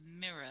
mirror